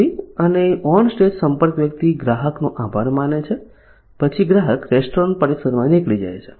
વ્યક્તિ અને on stage સંપર્ક વ્યક્તિ ગ્રાહકનો આભાર માને છે પછી ગ્રાહક રેસ્ટોરન્ટ પરિસરમાંથી નીકળી જાય છે